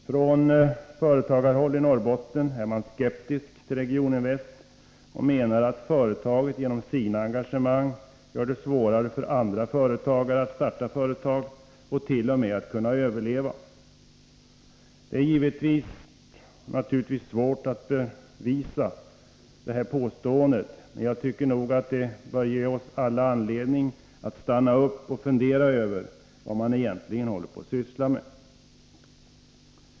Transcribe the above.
Från företagarhåll är man i Norrbotten skeptisk till Regioninvest och menar att företaget genom sitt engagemang gör det svårare för andra företagare att starta nya företag och t.o.m. att få sina verksamheter att överleva. Det är givetvis svårt att bevisa detta påstående, men jag tycker att det bör ge oss alla anledning att stanna upp och fundera över vad man egentligen sysslar med.